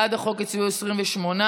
בעד החוק הצביעו 28,